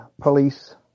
police